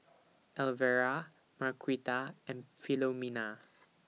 Elvera Marquita and Philomena